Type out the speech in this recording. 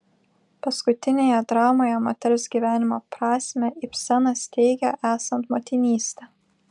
paskutinėje dramoje moters gyvenimo prasmę ibsenas teigia esant motinystę